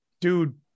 Dude